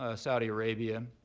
ah saudi arabia,